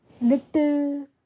Little